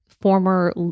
former